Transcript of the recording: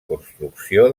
construcció